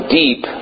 deep